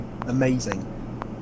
amazing